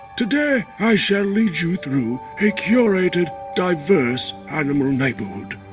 today, i shall lead you through a curated, diverse animal neighborhood.